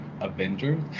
Avengers